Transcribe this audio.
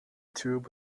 tube